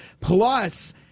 plus